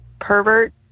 pervert